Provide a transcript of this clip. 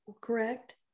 correct